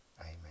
Amen